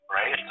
Right